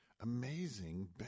amazing